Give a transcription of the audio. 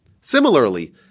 Similarly